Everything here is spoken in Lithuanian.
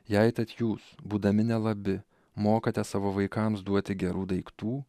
jei tad jūs būdami nelabi mokate savo vaikams duoti gerų daiktų